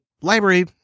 library